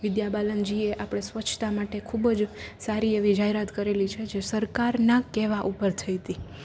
વિદ્યા બાલનજીએ આપડે સ્વચ્છતા માટે ખુબ જ સારી એવી જાહેરાતો કરેલી છે જે સરકારના કહેવા ઉપર થઈ તી